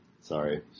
Sorry